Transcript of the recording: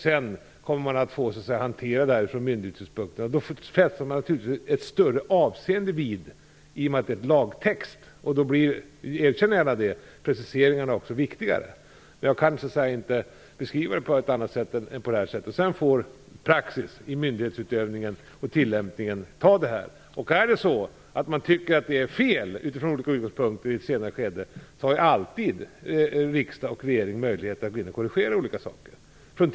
Sedan får myndigheterna hantera det. I och med att det gäller lagtext fäster man naturligtvis större avseende vid orden. Jag erkänner gärna att preciseringarna då blir viktigare. Jag kan inte beskriva det på något annat sätt än så. Sedan får myndigheternas tillämpning och praxis avgöra. Tycker man i ett senare skede att det är fel från olika utgångspunkter har riksdag och regering alltid möjlighet att korrigera från tid till annan.